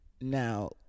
now